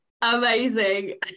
Amazing